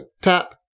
tap